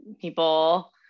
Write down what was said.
people